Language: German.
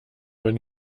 wenn